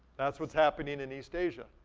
that's what's happening in east asia.